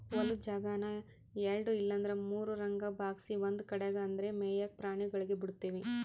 ಹೊಲುದ್ ಜಾಗಾನ ಎಲ್ಡು ಇಲ್ಲಂದ್ರ ಮೂರುರಂಗ ಭಾಗ್ಸಿ ಒಂದು ಕಡ್ಯಾಗ್ ಅಂದೇ ಮೇಯಾಕ ಪ್ರಾಣಿಗುಳ್ಗೆ ಬುಡ್ತೀವಿ